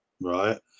right